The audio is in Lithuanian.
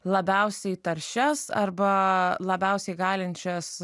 labiausiai taršias arba labiausiai galinčias